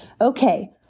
Okay